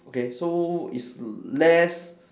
okay so it's less